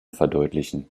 verdeutlichen